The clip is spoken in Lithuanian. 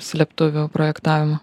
slėptuvių projektavimo